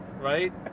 right